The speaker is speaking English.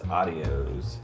audios